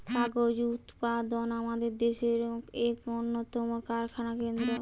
কাগজ উৎপাদন আমাদের দেশের এক উন্নতম কারখানা কেন্দ্র